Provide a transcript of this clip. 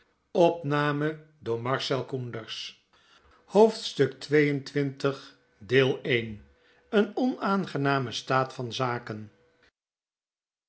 hoofdstuk xxil een onaangename staat van zaken